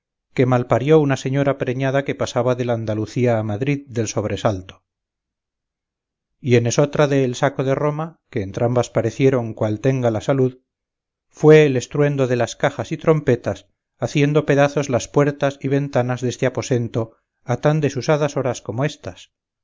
que malparió una señora preñada que pasaba del andalucía a madrid del sobresalto y en esotra de el saco de roma que entrambas parecieron cual tenga la salud fué el estruendo de las cajas y trompetas haciendo pedazos las puertas y ventanas deste aposento a tan desusadas horas como éstas